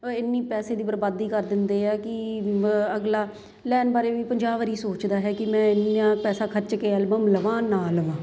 ਇੰਨੀ ਪੈਸੇ ਦੀ ਬਰਬਾਦੀ ਕਰ ਦਿੰਦੇ ਆ ਕਿ ਅ ਅਗਲਾ ਲੈਣ ਬਾਰੇ ਵੀ ਪੰਜਾਹ ਵਾਰੀ ਸੋਚਦਾ ਹੈ ਕਿ ਮੈਂ ਇੰਨੀਆਂ ਪੈਸਾ ਖਰਚ ਕੇ ਐਲਬਮ ਲਵਾਂ ਨਾ ਲਵਾਂ